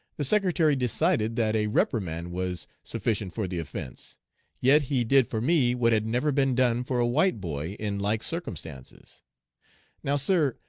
the secretary decided that a reprimand was sufficient for the offence yet he did for me what had never been done for a white boy in like circumstances now, sir,